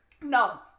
No